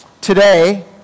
Today